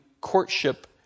courtship